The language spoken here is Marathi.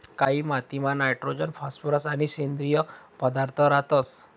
कायी मातीमा नायट्रोजन फॉस्फरस आणि सेंद्रिय पदार्थ रातंस